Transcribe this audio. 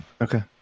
Okay